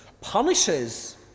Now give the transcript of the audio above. punishes